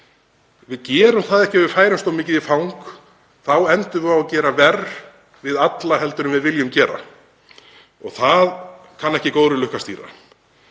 Við gerum það ekki ef við færumst of mikið í fang. Þá endum við á að gera verr við alla heldur en við viljum gera. Það kann ekki góðri lukku að stýra.